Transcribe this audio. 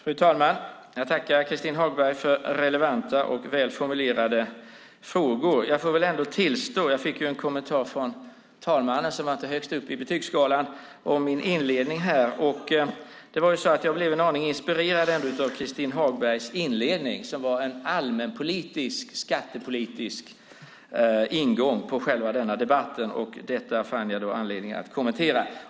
Fru talman! Jag tackar Christin Hagberg för relevanta och väl formulerade frågor. Jag fick ju en kommentar från talmannen som inte var högst uppe på betygsskalan om min inledning, och det var ändå så att jag blev en aning inspirerad av Christin Hagbergs inledning som var en allmän och skattepolitisk ingång på själva denna debatt. Detta fann jag anledning att kommentera.